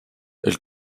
elle